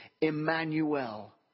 Emmanuel